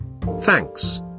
Thanks